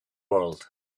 world